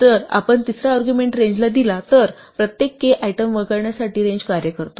जर आपण तिसरा अर्ग्युमेण्ट रेंजला दिला तर प्रत्येक k आयटम वगळण्यासाठी रेंज कार्य करतो